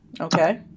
okay